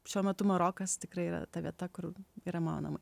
šiuo metu marokas tikrai yra ta vieta kur yra manoma